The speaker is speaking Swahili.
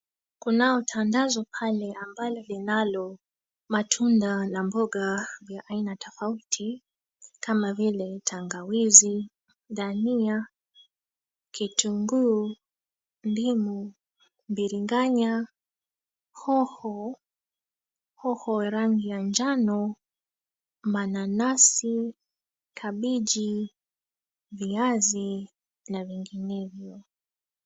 Kunao tandazo pale ambalo linalo matunda na mboga vya aina tofauti kama vile tangawizi, dania, kitunguu, ndimu, biringanya, hoho, hoho ya rangi ya njano, mananasi, kabichi, viazi na vinginevyo.